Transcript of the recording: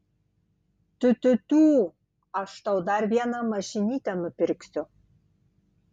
tiu tiu tiū aš tau dar vieną mašinytę nupirksiu